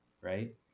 right